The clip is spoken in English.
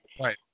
Right